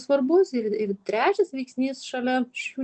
svarbus ir ir trečias veiksnys šalia šių